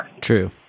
True